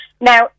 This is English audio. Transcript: Now